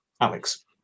Alex